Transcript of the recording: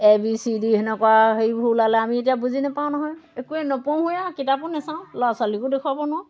এ B C D সেনেকুৱা হেৰিবোৰ ওলালে আমি এতিয়া বুজি নাপাওঁ নহয় একোৱে নপঢ়োঁৱে আৰু কিতাপো নাচাওঁ ল'ৰা ছোৱালীকো দেখুৱাব নোৱাৰোঁ